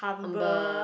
humble